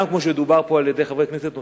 גם כמו שאמרו פה חברי כנסת נוספים,